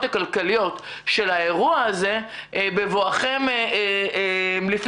הכלכליות של האירוע הזה לפני שסגרתם,